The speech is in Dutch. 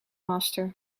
master